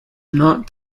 not